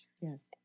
Yes